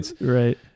Right